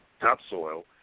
topsoil